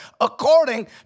according